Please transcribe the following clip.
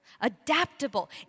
adaptable